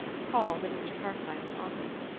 called at mr. carstyle's office.